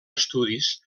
estudis